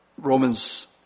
Romans